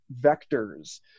vectors